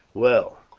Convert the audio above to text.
well,